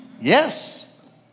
Yes